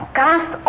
cast